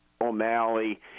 O'Malley